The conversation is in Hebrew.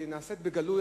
שנעשתה בגלוי,